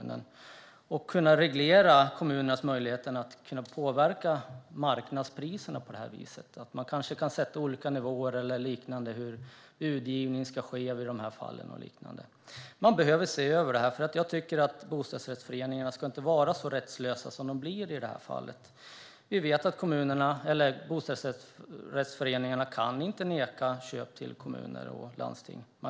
Det handlar om att kunna reglera kommunernas möjligheter att påverka marknadspriserna. Man kanske kan sätta olika nivåer eller liknande, och det handlar om hur budgivningen ska ske i dessa fall. Man behöver se över detta, för jag tycker inte att bostadsrättsföreningarna ska vara så rättslösa som de blir i detta fall. Vi vet att bostadsrättsföreningarna inte kan neka kommuner och landsting att köpa.